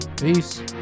Peace